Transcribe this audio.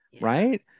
Right